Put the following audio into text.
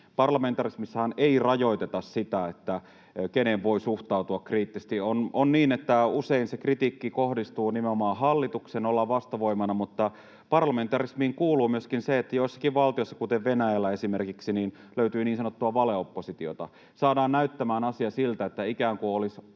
Parlamentarismissahan ei rajoiteta sitä, keneen voi suhtautua kriittisesti. On niin, että usein se kritiikki kohdistuu nimenomaan hallitukseen, ollaan vastavoimana, mutta parlamentarismiin kuuluu myöskin se, että joissakin valtioissa, kuten Venäjällä esimerkiksi, löytyy niin sanottua valeoppositiota. Saadaan näyttämään asia siltä, että ikään kuin olisi